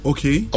Okay